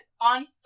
on